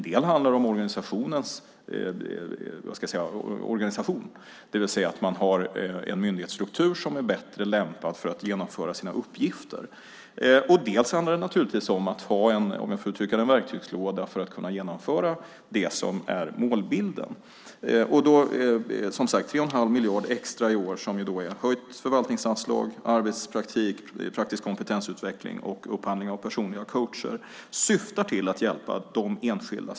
Dels handlar det om organisation, det vill säga att man har en myndighetsstruktur som är bättre lämpad när det gäller att genomföra sina uppgifter. Dels handlar det naturligtvis om att ha, om jag får uttrycka mig så, en verktygslåda för att kunna genomföra det som är målbilden. Syftet med 3 1⁄2 miljard extra i år, som sagt, i höjt förvaltningsanslag till arbetspraktik, praktisk kompetensutveckling och upphandling av personliga coacher som behövs är att hjälpa den enskilde.